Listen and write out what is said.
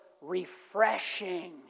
refreshing